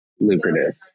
lucrative